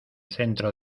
centro